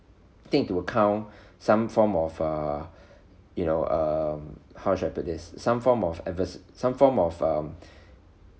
take into account some form of err you know um how should I put this some form of adverse some form of um